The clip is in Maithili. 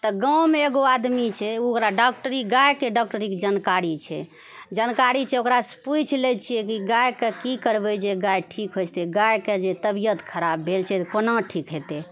तऽ गाँवमे एगो आदमी छै ओ ओकरा डॉक्टरी गायके डॉक्टरीके जानकारी छै जानकारी छै ओकरासँ पूछि लए छिऐ कि गायके की करबै जे गाय ठीक हो जेतै गायके जे तबियत खराब भेल छै तऽ कोना ठीक हेतै